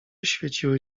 świeciły